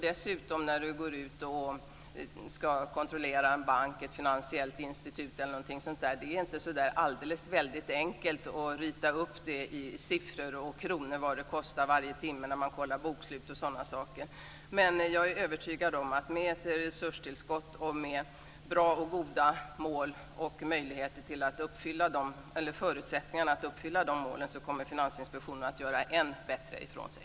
Dessutom är det inte så alldeles enkelt att sätta siffror på vad det kostar per timme att kontrollera bokslut och sådant från banker eller ett finansiella institut. Men jag är övertygad om att med ett resurstillskott, med goda mål och förutsättningar att uppfylla dem kommer Finansinspektionen att göra än bättre ifrån sig.